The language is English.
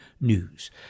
News